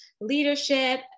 leadership